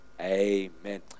Amen